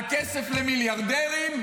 על כסף למיליארדרים?